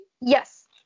Yes